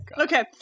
Okay